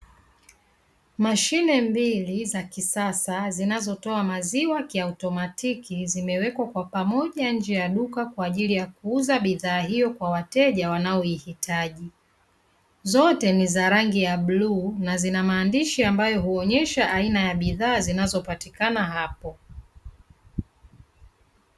Mashine mbili za kisasa zinazotoa maziwa ya kiautomatiki zimewekwa kwa pamoja nje ya duka kwaajili ya kuuza bidhaa hiyo kwa wateja wanaoihitaji. Zote ni za rangi ya bluu na zina maandishi zinazo onyesha aina ya bidhaa zinazopatikana hapo.